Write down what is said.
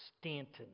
Stanton